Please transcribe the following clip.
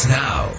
now